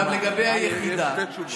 לגבי היחידה,